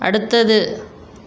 அடுத்தது